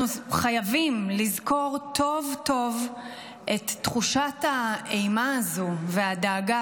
אנחנו חייבים לזכור טוב טוב את תחושת האימה הזו והדאגה